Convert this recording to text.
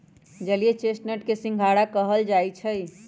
जलीय चेस्टनट के सिंघारा कहल जाई छई